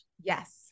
Yes